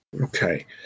okay